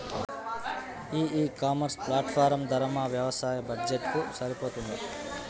ఈ e commerce platform ధర మా వ్యవసాయ బడ్జెట్ కు సరిపోతుందా?